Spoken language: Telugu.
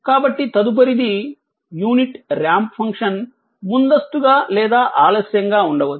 కాబట్టి తదుపరి యూనిట్ రాంప్ ఫంక్షన్ ముందస్తుగా లేదా ఆలస్యంగా ఉండవచ్చు